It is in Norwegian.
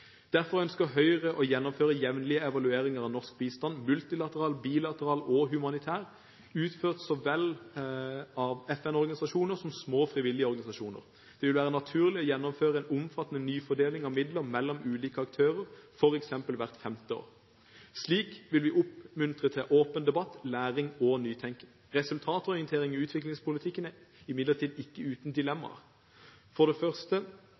av norsk bistand – multilateral, bilateral og humanitær – uført av FN-organisasjoner så vel som små frivillige organisasjoner. Det vil være naturlig å gjennomføre en omfattende ny fordeling av midler mellom ulike aktører, f.eks. hvert femte år. Slik vil vi oppmuntre til åpen debatt, læring og nytenkning. Resultatorientering i utviklingspolitikken er imidlertid ikke uten dilemmaer. For det første